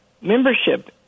membership